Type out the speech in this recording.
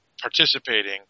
participating